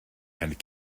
and